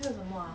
这个